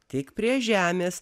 tik prie žemės